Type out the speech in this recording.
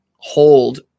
hold